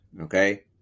okay